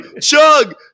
chug